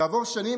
כעבור שנים,